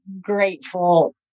grateful